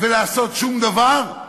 לעשות שום דבר?